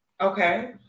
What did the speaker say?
Okay